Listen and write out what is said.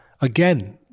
again